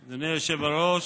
וזהו.